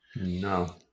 No